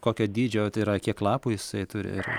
kokio dydžio tai yra kiek lapų jisai turi ir